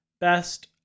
best